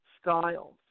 Styles